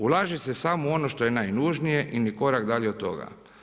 Ulaže se samo u ono što je najnužnije i ni korak dalje od toga.